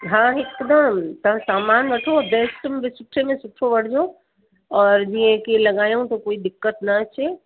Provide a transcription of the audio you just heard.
हा हिकदमि तां सामान वठो बेस्ट सुठे में सुठो वठिजो और जीअं की लॻायऊं त कोई दिक़त न अचे